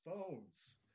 phones